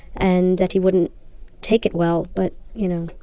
and that he wouldn't take it well, but, you know,